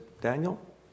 Daniel